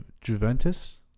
Juventus